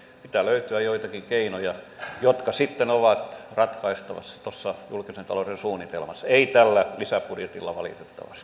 pitää löytyä joitakin keinoja jotka sitten ovat ratkaistavissa tuossa julkisen talouden suunnitelmassa eivät tällä lisäbudjetilla